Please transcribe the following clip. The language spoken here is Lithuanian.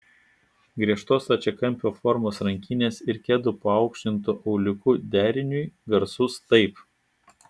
griežtos stačiakampio formos rankinės ir kedų paaukštintu auliuku deriniui garsus taip